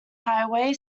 highway